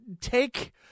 take